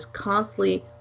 constantly